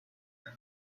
son